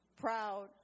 proud